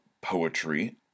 poetry